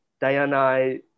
Diana